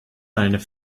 einmal